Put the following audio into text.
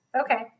Okay